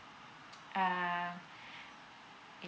uh